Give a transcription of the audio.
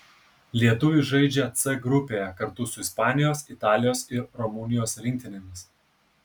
lietuviai žaidžia c grupėje kartu su ispanijos italijos ir rumunijos rinktinėmis